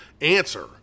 answer